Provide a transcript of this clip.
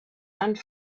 and